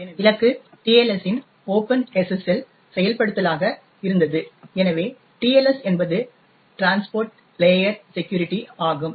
எனவே இலக்கு TLS இன் Open SSL செயல்படுத்தலாக இருந்தது எனவே TLS என்பது டிரான்ஸ்போர்ட் லேயர் செக்யூரிட்டி ஆகும்